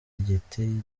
igitigiri